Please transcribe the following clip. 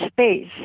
space